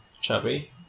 Chubby